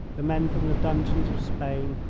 the men from the dungeons of spain,